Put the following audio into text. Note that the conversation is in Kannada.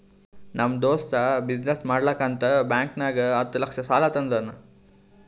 ನಮ್ ದೋಸ್ತ ಬಿಸಿನ್ನೆಸ್ ಮಾಡ್ಲಕ್ ಅಂತ್ ಬ್ಯಾಂಕ್ ನಾಗ್ ಹತ್ತ್ ಲಕ್ಷ ಸಾಲಾ ತಂದಾನ್